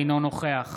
אינו נוכח